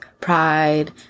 pride